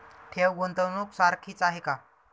ठेव, गुंतवणूक सारखीच आहे का?